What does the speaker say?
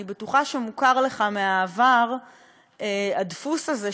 אני בטוחה שמוכר לך מהעבר הדפוס הזה,